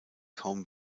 kaum